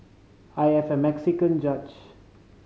I have a Mexican judge